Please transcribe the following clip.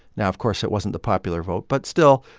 now, of course, it wasn't the popular vote. but still,